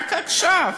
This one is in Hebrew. רק עכשיו,